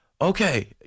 okay